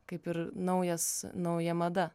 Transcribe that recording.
kaip ir naujas nauja mada